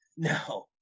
No